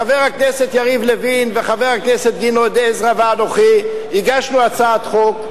חבר הכנסת יריב לוין וחבר הכנסת גדעון עזרא ואנוכי הגשנו הצעת חוק,